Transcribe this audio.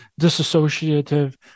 disassociative